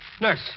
Nurse